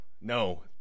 no